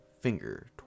finger